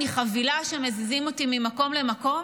אני חבילה שמזיזים אותי ממקום למקום",